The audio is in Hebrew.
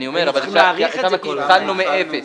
שם התחלנו מאפס,